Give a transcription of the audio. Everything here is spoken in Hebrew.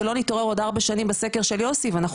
שלא נתעורר עוד ארבע שנים בסקר של יוסי ואנחנו